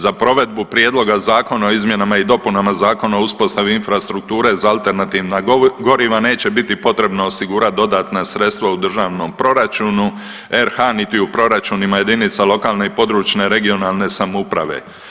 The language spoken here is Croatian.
Za provedbu Prijedloga zakona o izmjenama i dopunama Zakona o uspostavi infrastrukture za alternativna goriva neće biti potrebno osigurati dodatna sredstva u državnom proračunima RH niti u proračunima jedinica lokalne i područne (regionalne) samouprave.